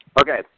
Okay